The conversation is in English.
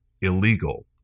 illegal